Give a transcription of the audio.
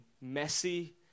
messy